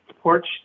porch